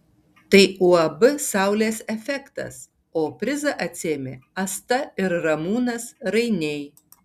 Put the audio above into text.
tai uab saulės efektas o prizą atsiėmė asta ir ramūnas rainiai